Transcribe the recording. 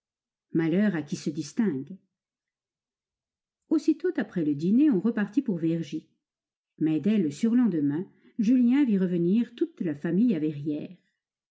malheur à qui se distingue aussitôt après le dîner on repartit pour vergy mais dès le surlendemain julien vit revenir toute la famille